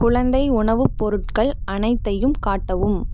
குழந்தை உணவுப் பொருட்கள் அனைத்தையும் காட்டவும்